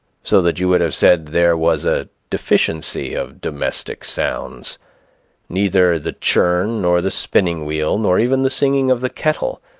so that you would have said there was a deficiency of domestic sounds neither the churn, nor the spinning-wheel, nor even the singing of the kettle,